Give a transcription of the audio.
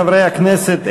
חברי הכנסת,